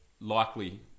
likely